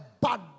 bad